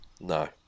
No